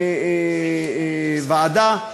הוועדה.